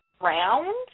round